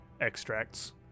extracts